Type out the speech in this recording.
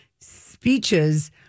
speeches